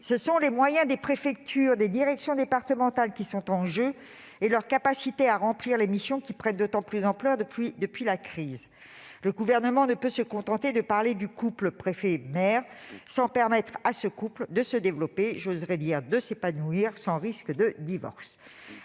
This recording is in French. Ce sont les moyens des préfectures et des directions départementales qui sont en jeu, ainsi que leur capacité à remplir des missions qui prennent d'autant plus d'ampleur depuis la crise. Le Gouvernement ne peut se contenter de parler du couple « préfet-maire », sans permettre à celui-ci de se développer, j'oserais même dire de « s'épanouir », sans risque de divorce